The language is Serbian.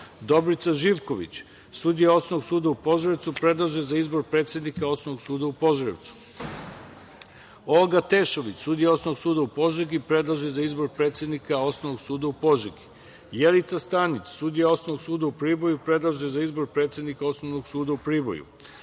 Dobrica Živković sudija Osnovnog suda u Požarevcu, predlaže se za izbor predsednika Osnovnog suda u Požarevcu; Olga Tešović sudija Osnovnog suda u Požegi, predlaže se za izbor predsednika Osnovnog suda u Požegi; Jelica Stanić sudija Osnovnog suda u Priboju, predlaže se za izbor predsednika Osnovnog suda u Priboju;